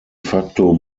facto